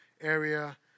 area